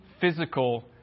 physical